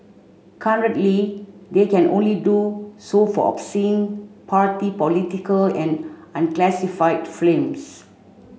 currently they can only do so for obscene party political and unclassified films